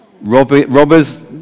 Robbers